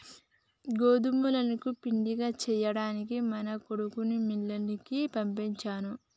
గోదుములను పిండిగా సేయ్యడానికి మా కొడుకుని మిల్లుకి పంపించాను